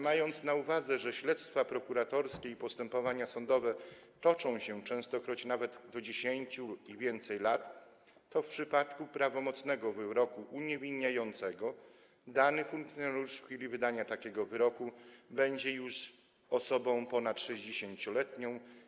Mając na uwadze, że śledztwa prokuratorskie i postępowania sądowe toczą się częstokroć nawet do 10 albo i więcej lat, w przypadku prawomocnego wyroku uniewinniającego dany funkcjonariusz w chwili wydania takiego wyroku będzie już osobą ponad 60-letnią.